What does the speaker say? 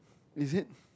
is it